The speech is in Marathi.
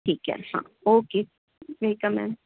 ठीके हा ओके वेलकम मॅम